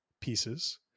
pieces